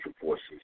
forces